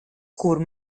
kur